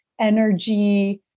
energy